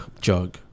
jug